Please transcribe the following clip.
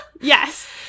Yes